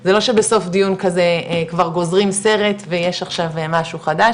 זה לא שבסוף דיון כזה כבר גוזרים סרט ויש עכשיו משהו חדש,